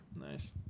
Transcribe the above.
Nice